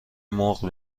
مرغ